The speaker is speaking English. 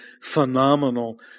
phenomenal